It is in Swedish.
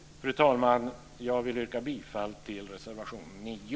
Fru talman! Jag yrkar bifall till reservation 9.